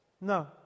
No